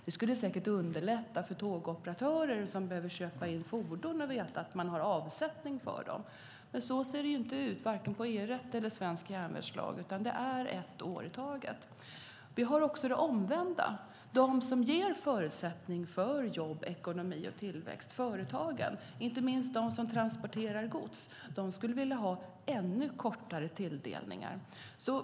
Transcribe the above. Det skulle säkert underlätta för tågoperatörer som behöver köpa in fordon att veta att de har avsättning för dem. Men så ser det inte ut, varken i EU-rätt eller i svensk järnvägslag, utan det är ett år i taget. Det är också det omvända. De som ger förutsättning för jobb, ekonomi och tillväxt, alltså företagen, inte minst de som transporterar gods, skulle vilja ha ännu kortare tilldelning.